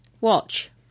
watch